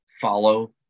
follow